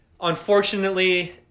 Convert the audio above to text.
unfortunately